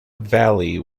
valley